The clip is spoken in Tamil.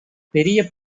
பெரிய